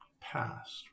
past